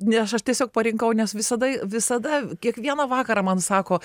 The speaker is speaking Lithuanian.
ne aš aš tiesiog parinkau nes visada visada kiekvieną vakarą man sako